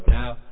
now